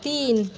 तीन